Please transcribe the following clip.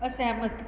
ਅਸਹਿਮਤ